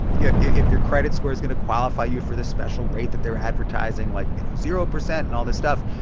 you know, if your credit score is going to qualify you for the special rate that they're advertising like, you know, zero percent and all this stuff.